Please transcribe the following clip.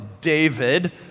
David